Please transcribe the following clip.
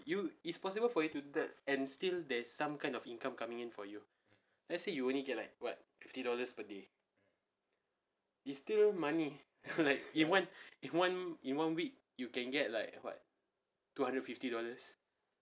you it's possible for you to do that and still there's some kind of income coming in for you let's say you only get like what fifty dollars per day it's still money like in one in one in one week you can get like what two hundred fifty dollars